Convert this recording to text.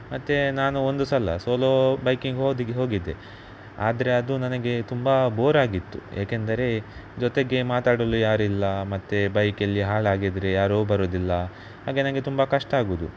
ಮತ್ತೆ ನಾನು ಒಂದು ಸಲ ಸೋಲೋ ಬೈಕಿಂಗ್ ಹೋದಿಗ್ ಹೋಗಿದ್ದೆ ಆದರೆ ಅದು ನನಗೆ ತುಂಬ ಬೋರ್ ಆಗಿತ್ತು ಯಾಕೆಂದರೆ ಜೊತೆಗೆ ಮಾತಾಡಲು ಯಾರಿಲ್ಲ ಮತ್ತು ಬೈಕೆಲ್ಲಿ ಹಾಳಾಗಿದ್ರೆ ಯಾರೂ ಬರುದಿಲ್ಲ ಹಾಗೆ ನನಗೆ ತುಂಬ ಕಷ್ಟ ಆಗುದು